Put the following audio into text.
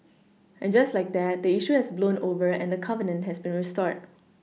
and just like that the issue has blown over and the covenant has been restored